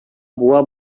буа